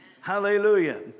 Hallelujah